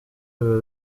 biba